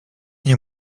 nie